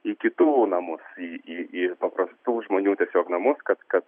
į kitų namus į į į paprastų žmonių tiesiog namus kad kad